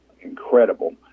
incredible